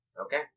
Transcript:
Okay